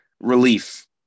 relief